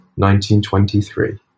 1923